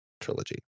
trilogy